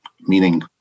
meaning